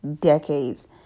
decades